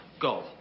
go